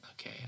Okay